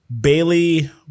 Bailey